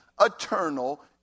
eternal